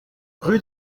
rue